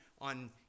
on